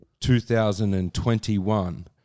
2021